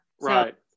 Right